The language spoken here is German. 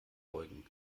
beugen